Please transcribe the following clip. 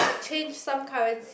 change some currency